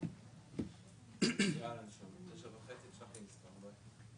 תקציבית 133, משרד התחבורה.